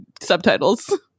subtitles